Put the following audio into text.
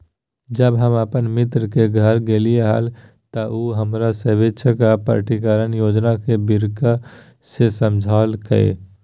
जब हम अपन मित्र के घर गेलिये हल, त उ हमरा स्वैच्छिक आय प्रकटिकरण योजना के बारीकि से समझयलकय